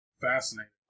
Fascinating